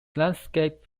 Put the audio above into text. landscapes